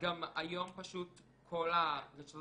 גם היום פשוט כל הרשתות